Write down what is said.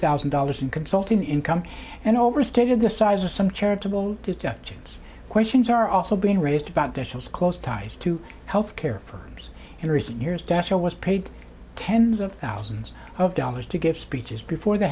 thousand dollars in consulting income and overstated the size of some charitable deductions questions are also being raised about dishes close ties to health care for years in recent years data was paid tens of thousands of dollars to give speeches before the